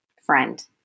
friend